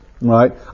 right